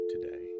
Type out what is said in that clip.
today